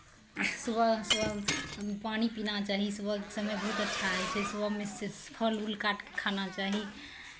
सुबह सुबह पानी पीना चाही सुबहके समय बहुत अच्छा होइ छै सुबहमे से फल उल काटि कऽ खाना चाही